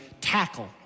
tackle